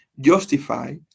justify